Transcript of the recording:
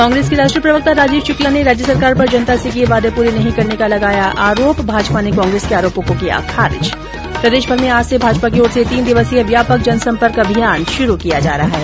कांग्रेस के राष्ट्रीय प्रवक्ता राजीव शुक्ला ने राज्य सरकार पर जनता से किये वादे पूरे नहीं करने का लगाया आरोप भाजपा ने कांग्रेस के आरोपों को किया खारिज प्रदेशभर में आज से भाजपा की ओर से तीन दिवसीय व्यापक जनसंपर्क अभियान शुरू किया जा रहा है